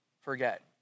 forget